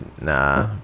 Nah